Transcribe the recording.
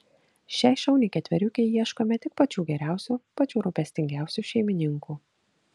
šiai šauniai ketveriukei ieškome tik pačių geriausių pačių rūpestingiausių šeimininkų